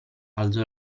alzò